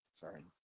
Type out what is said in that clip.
Sorry